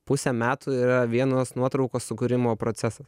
pusė metų yra vienos nuotraukos sukūrimo procesas